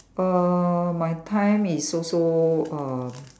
err my time is also uh